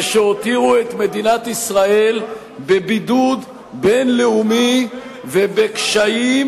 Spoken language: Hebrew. שהותירו את מדינת ישראל בבידוד בין-לאומי ובקשיים,